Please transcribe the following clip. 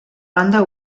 banda